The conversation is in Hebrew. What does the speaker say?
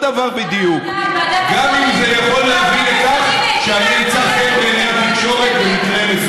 בדיוק כמו שאני לא יכול לבדוק עם היועץ המשפטי לממשלה או המשטרה